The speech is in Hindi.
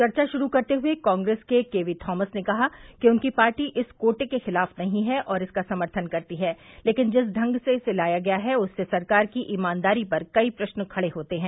चर्चा शुरू करते हुए कांग्रेस के के वी थॉमस ने कहा कि उनकी पार्टी इस कोटे के खिलाफ नहीं है और इसका समर्थन करती है लेकिन जिस ढंग से इसे लाया गया है उससे सरकार की ईमानदारी पर कई प्रस्न खड़े होते हैं